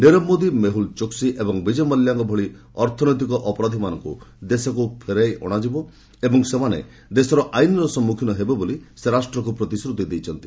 ନିରବ ମୋଦି ମେହୁଲ୍ ଚୋକ୍ସି ଏବଂ ବିଜୟ ମାଲ୍ୟାଙ୍କ ଭଳି ଅର୍ଥନୈତିକ ଅପରାଧୀମାନଙ୍କୁ ଦେଶକୁ ଫେରାଇ ଅଣାଯିବ ଏବଂ ସେମାନେ ଦେଶର ଆଇନର ସମ୍ମୁଖୀନ ହେବେ ବୋଲି ସେ ରାଷ୍ଟ୍ରକୁ ପ୍ରତିଶ୍ରତି ଦେଇଛନ୍ତି